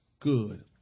good